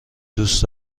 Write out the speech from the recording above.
دوست